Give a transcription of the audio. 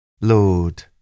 Lord